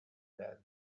than